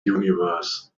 universe